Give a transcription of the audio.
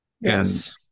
yes